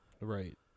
Right